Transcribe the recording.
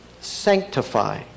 sanctify